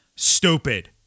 Stupid